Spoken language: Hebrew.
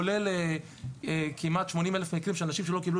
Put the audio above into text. כולל כמעט 80,000 מקרים של אנשים שלא קיבלו